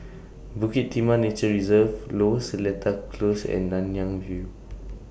Bukit Timah Nature Reserve Lower Seletar Close and Nanyang View